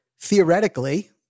theoretically